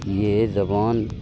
یہ زبان